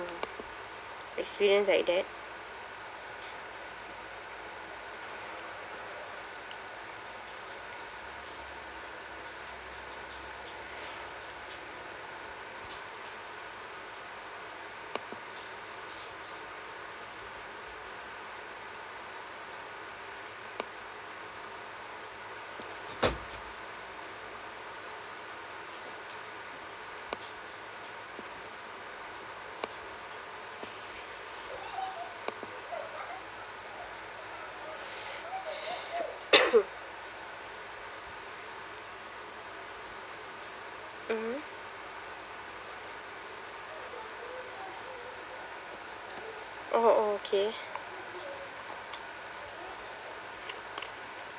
experience like that mmhmm !oh! okay